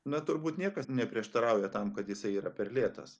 na turbūt niekas neprieštarauja tam kad jisai yra per lėtas